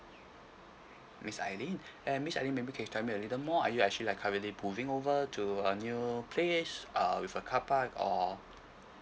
miss ailine and miss ailine maybe you can tell me a little more are you actually like currently moving over to a new place uh with a car park or